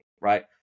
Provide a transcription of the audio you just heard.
Right